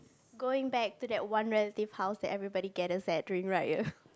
going back to that one relative house that everybody gathers at during Raya